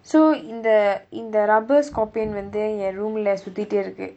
so இந்த இந்த:intha intha rubber scorpion வந்து என்:vanthu en room leh சுத்திட்டு இருக்கு:sutthittu irukku